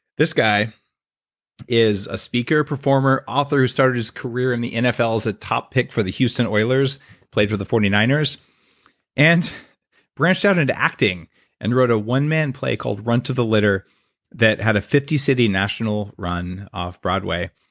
this guy is a speaker performer author who started his career in the nfl as a top pick for the houston oilers played for the forty nine ers and branched out into acting and wrote a one man play called runt to the litter that had a fifty city national run off broadway.